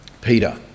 Peter